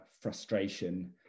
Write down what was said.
frustration